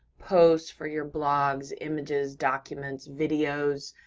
posts for your blogs, images, documents, videos,